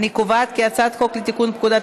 אני קובעת כי הצעת חוק לתיקון פקודת